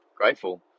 grateful